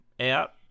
Out